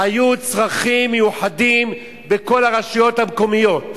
היו צרכים מיוחדים בכל הרשויות המקומיות,